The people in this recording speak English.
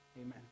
Amen